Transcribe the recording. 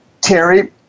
Terry